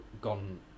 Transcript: gone